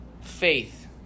faith